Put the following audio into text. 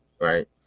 right